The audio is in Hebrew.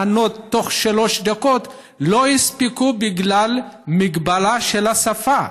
לענות תוך שלוש דקות ולא הספיקו בגלל מגבלה של השפה.